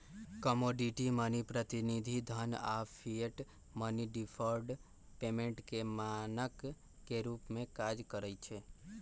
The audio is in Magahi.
कमोडिटी मनी, प्रतिनिधि धन आऽ फिएट मनी डिफर्ड पेमेंट के मानक के रूप में काज करइ छै